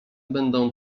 będą